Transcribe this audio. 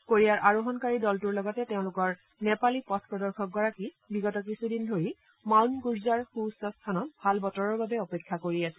কোৰিয়াৰ আৰোহণকাৰী দলটোৰ লগতে তেওঁলোকৰ নেপালী পথ প্ৰদৰ্শক গৰাকী বিগত কিছুদিন ধৰি মাউণ্ড গুৰজাৰ সুউচ্ছ স্থানত ভাল বতৰৰ বাবে অপেক্ষা কৰি আছিল